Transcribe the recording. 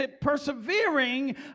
Persevering